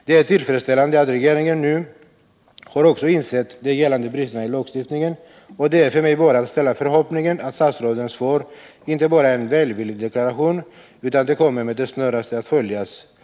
Det är tillfredsställande att regeringen nu också har insett de gällande bristerna i lagstiftningen, och det är för mig bara att ställa förhoppningen att statsrådets svar inte bara är en välvillig deklaration, utan att det kommer att med det snaraste följas av handling.